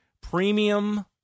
premium